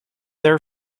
their